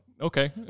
Okay